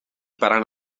parant